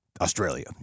Australia